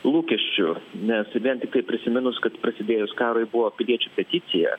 lūkesčiu nes vien tiktai prisiminus kad prasidėjus karui buvo piliečių peticija